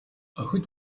охид